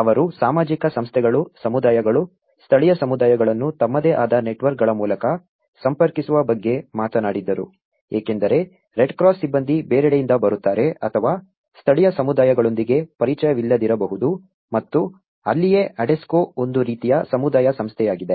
ಅವರು ಸಾಮಾಜಿಕ ಸಂಸ್ಥೆಗಳು ಸಮುದಾಯಗಳು ಸ್ಥಳೀಯ ಸಮುದಾಯಗಳನ್ನು ತಮ್ಮದೇ ಆದ ನೆಟ್ವರ್ಕ್ಗಳ ಮೂಲಕ ಸಂಪರ್ಕಿಸುವ ಬಗ್ಗೆ ಮಾತನಾಡಿದರು ಏಕೆಂದರೆ ರೆಡ್ಕ್ರಾಸ್ ಸಿಬ್ಬಂದಿ ಬೇರೆಡೆಯಿಂದ ಬರುತ್ತಾರೆ ಅಥವಾ ಸ್ಥಳೀಯ ಸಮುದಾಯಗಳೊಂದಿಗೆ ಪರಿಚಯವಿಲ್ಲದಿರಬಹುದು ಮತ್ತು ಅಲ್ಲಿಯೇ ಅಡೆಸ್ಕೊ ಒಂದು ರೀತಿಯ ಸಮುದಾಯ ಸಂಸ್ಥೆಯಾಗಿದೆ